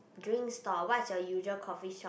drink stall what is your usual coffee shop